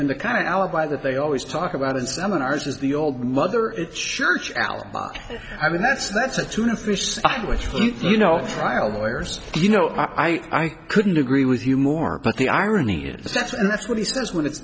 in the kind of alibi that they always talk about in seminars is the old mother it sure chalo i mean that's that's a tuna fish sandwich you know trial lawyers you know i couldn't agree with you more but the irony is that's and that's what he says when it's